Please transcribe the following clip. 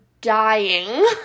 dying